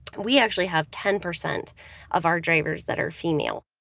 we actually have ten percent of our drivers that are female.